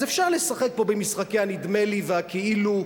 אז אפשר לשחק פה במשחקי הנדמה לי והכאילו,